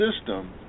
system